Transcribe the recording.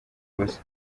ubusa